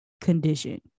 condition